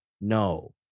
No